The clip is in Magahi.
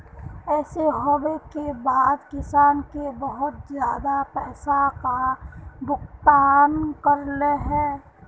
ऐसे होबे के बाद किसान के बहुत ज्यादा पैसा का भुगतान करले है?